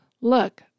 look